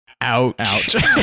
Ouch